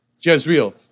Jezreel